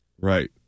Right